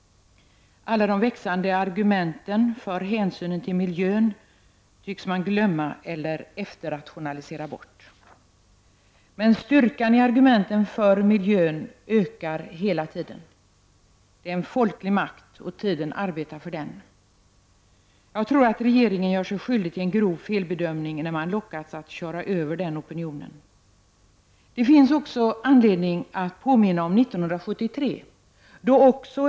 Alla de växande argumenten för hänsyn till miljön tycks man glömma eller rationalisera bort i efterhand. Men styrkan i argumenten för miljön ökar hela tiden. Det är en folklig makt, och tiden arbetar för den. Jag tror att regeringen gör sig skyldig till en grov felbedömning när man lockas köra över den opinionen. Det finns också anledning att påminna om 1973.